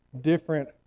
different